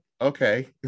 okay